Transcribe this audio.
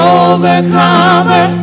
overcomer